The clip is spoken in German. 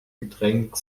getränk